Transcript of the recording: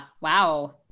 Wow